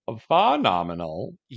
phenomenal